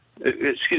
excuse